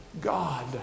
God